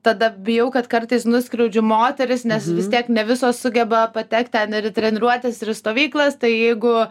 tada bijau kad kartais nuskriaudžiau moteris nes vis tiek ne visos sugeba patekt ten ir į treniruotes ir stovyklas tai jeigu